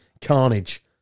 Carnage